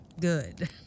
good